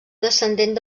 descendent